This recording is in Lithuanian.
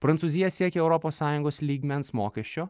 prancūzija siekia europos sąjungos lygmens mokesčio